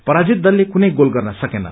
पराजित दलले कुनै गोल गर्न सकेन